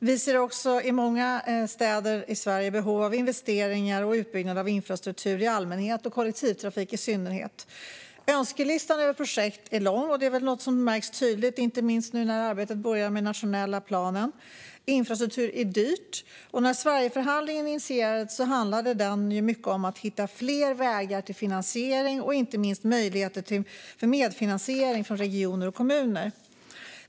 Vi ser också i många städer i Sverige behov av investeringar och utbyggnad av infrastruktur i allmänhet och kollektivtrafik i synnerhet. Önskelistan över projekt är lång, och det märks tydligt inte minst nu när arbetet med den nationella planen börjar. Infrastruktur är dyrt, och när Sverigeförhandlingen initierades handlade den mycket om att hitta fler vägar till finansiering och inte minst möjligheter till medfinansiering från regioner och kommuner.